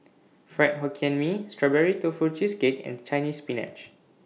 Fried Hokkien Mee Strawberry Tofu Cheesecake and Chinese Spinach